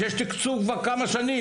שיש תקצוב כבר כמה שנים,